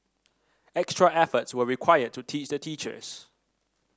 extra efforts were required to teach the teachers